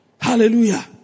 Hallelujah